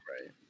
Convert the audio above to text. right